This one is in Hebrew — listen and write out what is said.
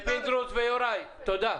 פינדרוס ויוראי, תודה.